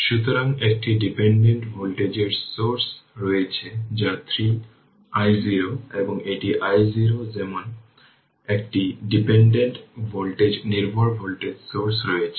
সুতরাং একটি ডিপেন্ডেন্ট ভোল্টেজের সোর্স রয়েছে যা 3 i0 এবং এটি i0 যেমন একটি ডিপেন্ডেন্ট ভোল্টেজ নির্ভর ভোল্টেজ সোর্স রয়েছে